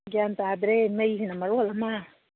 ꯒ꯭ꯌꯥꯟ ꯇꯥꯗ꯭ꯔꯦ ꯃꯩꯁꯤꯅ ꯃꯔꯣꯟ ꯑꯃ